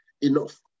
enough